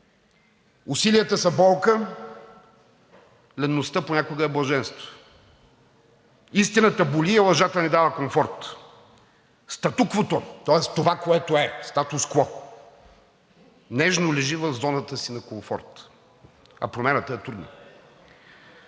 усилията са болка – леността понякога е блаженство; истината боли – лъжата ни дава комфорт; статуквото, тоест това, което е – status quo, нежно лежи в зоната си на комфорт, а промяната е трудна.